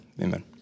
Amen